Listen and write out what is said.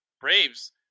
Braves